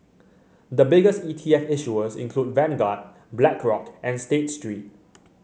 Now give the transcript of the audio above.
the biggest E T F issuers include Vanguard Black Rock and State Street